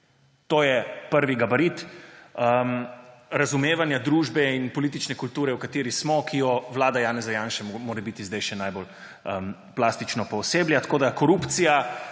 To je prvi gabarit razumevanja družbe in politične kulture, v kateri smo, ki jo vlada Janeza Janše morebiti zdaj še najbolj plastično pooseblja. Tako da korupcija,